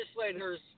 legislators